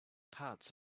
parts